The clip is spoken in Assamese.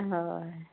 হয়